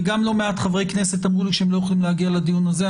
וגם לא מעט חברי כנסת אמרו לי שהם לא יכולים להגיע לדיון הזה.